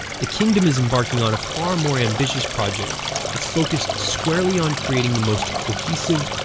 the kingdom is embarking on a far more ambitious project that's focused squarely on creating the most cohesive,